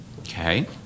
okay